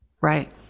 right